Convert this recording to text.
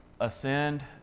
ascend